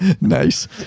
Nice